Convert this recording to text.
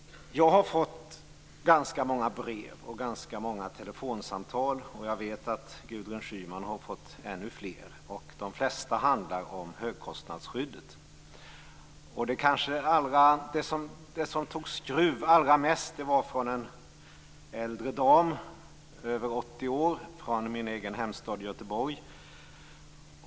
Jag har fått ganska många brev och telefonsamtal och jag vet att Gudrun Schyman har fått ännu fler. De flesta handlar om högkostnadsskyddet. Det som tog skruv allra mest kom från en äldre dam, över 80 år, från min egen hemstad Göteborg.